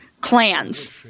clans